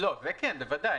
בוודאי.